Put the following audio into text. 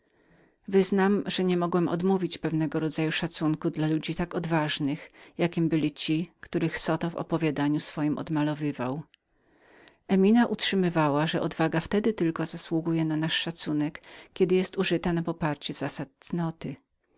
wyznam że nie mogłem odmówić pewnego rodzaju szacunku dla ludzi tak odważnych jakiemi byli ci których zoto w opowiadaniu swojem odmalowywał emina utrzymywała że odwaga wtedy tylko zasługuje na nasz szacunek kiedy jest użytą na poparcie zasad cnoty